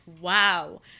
wow